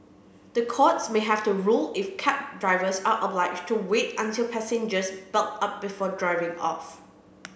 the courts may have to rule if cab drivers are obliged to wait until passengers belt up before driving off